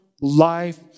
life